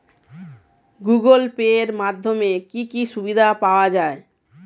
Google Pay এর মাধ্যমে কি কি সুবিধা পাওয়া যায়?